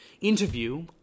interview